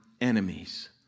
enemies